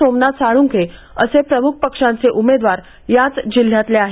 सोमनाथ साळुंखे असे प्रमुख पक्षांचे उमेदवार याच जिल्ह्यातले आहेत